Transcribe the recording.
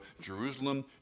Jerusalem